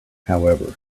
however